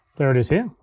there it is here.